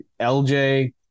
LJ